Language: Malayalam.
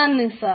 നന്ദി സർ